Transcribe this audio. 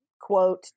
quote